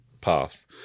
path